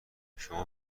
شما